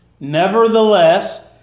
Nevertheless